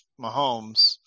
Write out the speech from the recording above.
Mahomes